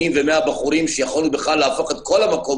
ו-100 בחורים שיכולנו להפוך את כל המקום